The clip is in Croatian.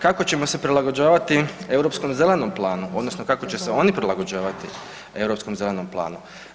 Kako ćemo se prilagođavati europskom zelenom planu odnosno kako će se oni prilagođavati europskom zelenom planu?